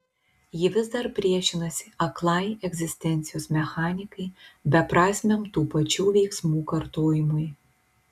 ji vis dar priešinasi aklai egzistencijos mechanikai beprasmiam tų pačių veiksmų kartojimui